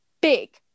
big